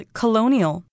colonial